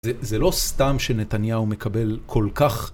זה לא סתם שנתניהו מקבל כל כך...